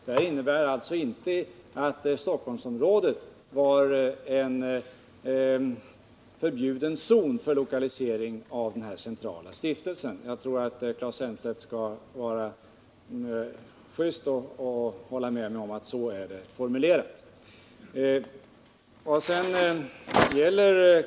Det innebär alltså att Stockholmsområdet inte var en förbjuden zon för lokalisering av den centrala stiftelsen. Jag tycker att Claes Elmstedt skall vara just och hålla med mig om att det är formulerat så.